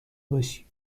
باشی